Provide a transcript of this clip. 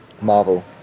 Marvel